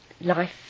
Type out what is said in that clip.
life